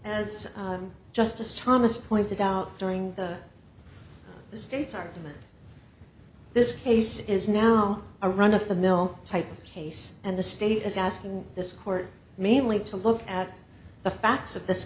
as justice thomas pointed out during the state's argument this case is now a run of the mill type of case and the state is asking this court mainly to look at the facts of this